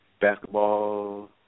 Basketball